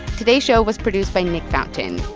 today's show was produced by nick fountain.